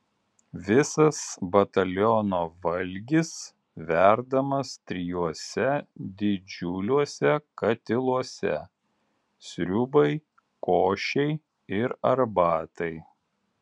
visas bataliono valgis verdamas trijuose didžiuliuose katiluose sriubai košei ir arbatai